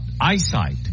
eyesight